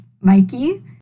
Mikey